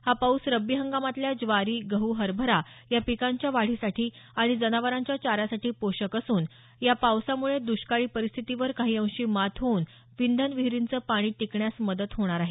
हा पाऊस रब्बी हंगामातल्या ज्वारी गहू हरभरा या पिकांच्या वाढीसाठी आणि जनावरांच्या चाऱ्यासाठी पोषक असून या पावसामूळे दष्काळी परिस्थितीवर काही अंशी मात होऊन विंधन विहिरींचं पाणी टिकण्यास मदत होणार आहे